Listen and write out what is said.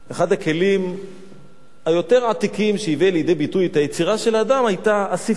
אחד הכלים היותר עתיקים שהביא לידי ביטוי את היצירה של האדם היה הספרות.